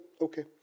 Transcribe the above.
okay